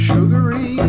Sugary